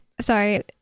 Sorry